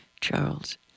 Charles